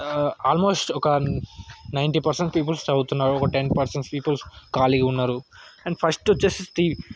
almost ఒక ninety percent peoples చదువుతున్నారు ఒక టెన్ పర్సెంట్ పీపుల్స్ ఖాళీగా ఉన్నరు అండ్ ఫస్ట్ వచ్చేసేసి తీ